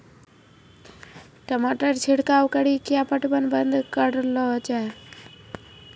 टमाटर छिड़काव कड़ी क्या पटवन बंद करऽ लो जाए?